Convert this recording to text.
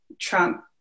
Trump